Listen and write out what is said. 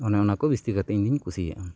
ᱚᱱᱮ ᱚᱱᱟᱠᱚ ᱵᱤᱥᱛᱤ ᱠᱟᱭᱛᱮ ᱤᱧᱫᱚᱧ ᱠᱩᱥᱤᱭᱟᱜᱼᱟ